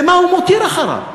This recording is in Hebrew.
ומה הוא מותיר אחריו?